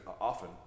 often